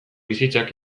bizitzak